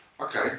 Okay